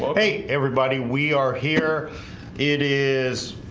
but hey everybody we are here it is